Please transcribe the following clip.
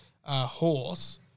horse